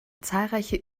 zahlreiche